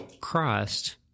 Christ